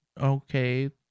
okay